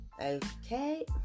Okay